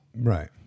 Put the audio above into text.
Right